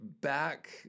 back